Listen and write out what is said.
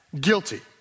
Guilty